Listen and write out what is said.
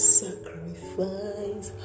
sacrifice